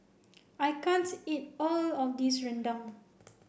I can't eat all of this Rendang